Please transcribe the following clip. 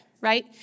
right